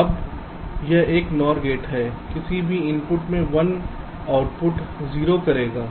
अब यह एक NOR गेट है किसी भी इनपुट में 1 आउटपुट 0 करेगा